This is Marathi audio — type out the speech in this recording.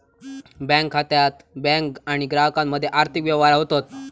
बँक खात्यात बँक आणि ग्राहकामध्ये आर्थिक व्यवहार होतत